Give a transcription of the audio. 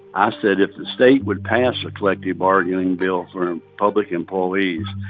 i said if the state would pass a collective bargaining bill for public employees,